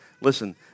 Listen